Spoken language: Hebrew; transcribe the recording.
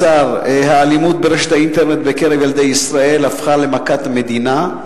האלימות ברשת האינטרנט בקרב ילדי ישראל הפכה למכת מדינה.